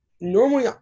normally